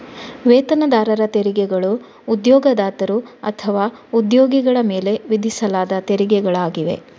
ವೇತನದಾರರ ತೆರಿಗೆಗಳು ಉದ್ಯೋಗದಾತರು ಅಥವಾ ಉದ್ಯೋಗಿಗಳ ಮೇಲೆ ವಿಧಿಸಲಾದ ತೆರಿಗೆಗಳಾಗಿವೆ